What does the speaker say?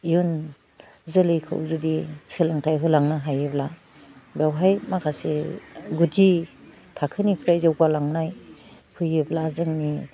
इयुन जोलैखौ जुदि सोलोंथाइ होलांनो हायोब्ला बावहाय माखासे गुदि थाखोनिफ्राय जौगा लांनाय फैयोब्ला जोंनि